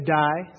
die